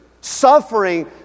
suffering